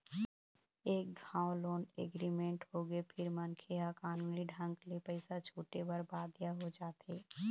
एक घांव loan agreement होगे फेर मनखे ह कानूनी ढंग ले पइसा छूटे बर बाध्य हो जाथे